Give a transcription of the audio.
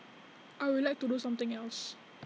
I would like to do something else